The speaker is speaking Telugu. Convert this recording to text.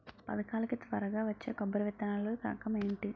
పథకాల కి త్వరగా వచ్చే కొబ్బరి విత్తనాలు రకం ఏంటి?